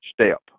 step